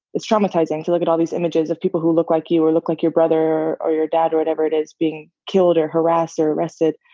it's traumatizing to look at all these images of people who look like you or look like your brother or your dad or whatever it is being killed, or harassed, or arrested.